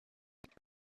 afite